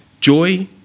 joy